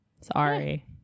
Sorry